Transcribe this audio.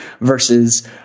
versus